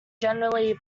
generally